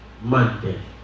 Monday